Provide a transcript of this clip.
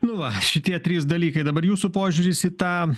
nu va šitie trys dalykai dabar jūsų požiūris į tą